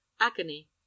agony